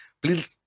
please